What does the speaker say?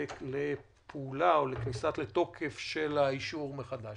לפעולה או לכניסה לתוקף של האישור מחדש.